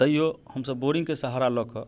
तैयो हम सभ बोरिंगके सहारा लकऽ